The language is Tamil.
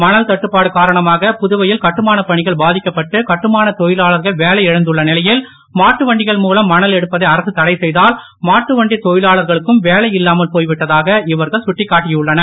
மணல் தட்டுப்பாடு காரணமாக புதுவையில் கட்டுமானப் பணிகள் பாதிக்கப்பட்டு கட்டுமானத் தொழிலாளர்கள் வேலை இழந்துள்ள நிலையில் மாட்டு வண்டிகள் மூலம் மணல் எடுப்பதை அரசு தடை செய்ததால் மாட்டு வண்டிக் தொழிலாளர்களுக்கும் இவர்கள் கட்டிக்காட்டியுள்ளனர்